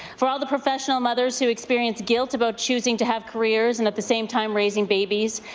for all the professional mothers who experience guilt about choosing to have careers and at the same time raising babies,